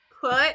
Put